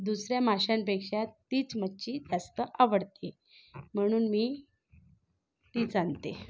दुसऱ्या माशांपेक्षा तीच मच्छी जास्त आवडते म्हणून मी तीच आणते